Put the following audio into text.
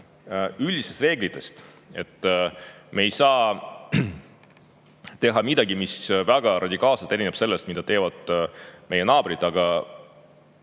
üldistest reeglitest. Me ei saa teha midagi, mis väga radikaalselt erineb sellest, mida teevad meie naabrid. Aga